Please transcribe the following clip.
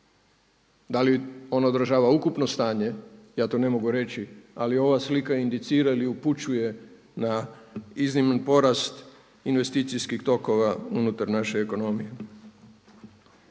Da li ono odražava ukupno stanje, ja to ne mogu reći ali ova slika indicira ili upućuje na izniman porast investicijskih tokova unutar naše ekonomije.